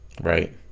Right